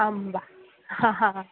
आम् वा हा हा ह